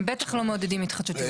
הם בטח לא מעודדים התחדשות עירונית.